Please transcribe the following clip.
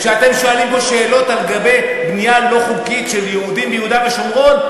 כשאתם שואלים פה שאלות לגבי בנייה לא חוקית של יהודים ביהודה ושומרון,